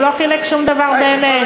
הוא לא חילק שום דבר באמת.